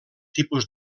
tipus